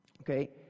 okay